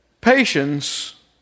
patience